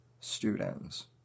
students